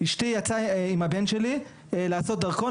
אשתי יצאה עם הבן שלי לעשות דרכון,